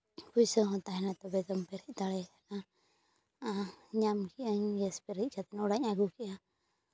ᱯᱩᱭᱥᱟᱹ ᱛᱟᱦᱮᱱᱟ ᱛᱚᱵᱮ ᱛᱚᱢ ᱯᱮᱨᱮᱡ ᱫᱟᱲᱮᱭᱟᱜᱼᱟ ᱧᱟᱢ ᱠᱮᱜ ᱟᱹᱧ ᱜᱮᱥ ᱯᱮᱨᱮᱡ ᱠᱟᱛᱮ ᱚᱲᱟᱜ ᱤᱧ ᱟᱹᱜᱩ ᱠᱮᱜᱼᱟ